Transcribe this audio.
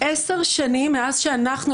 עשר שנים מאז שאנחנו,